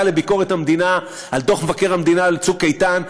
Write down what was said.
לביקורת המדינה על דוח מבקר המדינה על "צוק איתן",